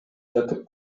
жатып